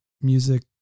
music